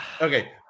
Okay